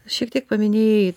šiek tiek paminėjai